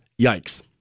yikes